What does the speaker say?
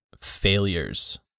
failures